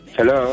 Hello